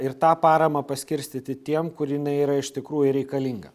ir tą paramą paskirstyti tiem kur jinai yra iš tikrųjų reikalinga